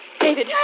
David